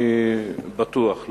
אני בטוח,